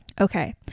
Okay